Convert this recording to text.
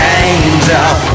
angel